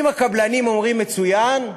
אם הקבלנים אומרים מצוין,